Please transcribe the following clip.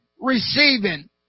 receiving